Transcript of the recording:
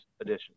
Edition